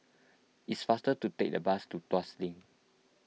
it's faster to take the bus to Tuas Link